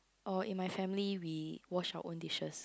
orh in my family we wash our own dishes